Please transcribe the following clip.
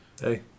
Hey